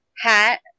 hat